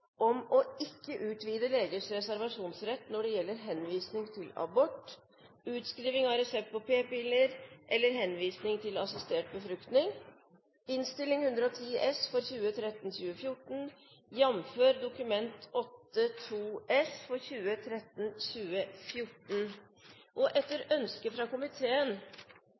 om ikke å utvide legers reservasjonsrett når det gjelder henvisning til abort, utskriving av resept på p-piller eller henvisning til assistert befruktning. Som saksordfører vil jeg først og fremst snakke for en god og grundig behandling i komiteen og takke for